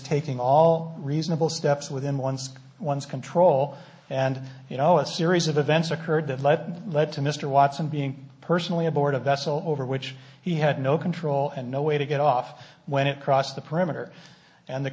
taking all reasonable steps within one's one's control and you know a series of events occurred that led led to mr watson being personally aboard a vessel over which he had no control and no way to get off when it crossed the perimeter and